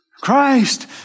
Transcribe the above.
Christ